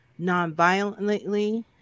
nonviolently